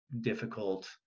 difficult